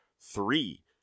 three